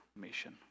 mission